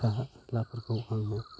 फिसालाफोरखौ आङो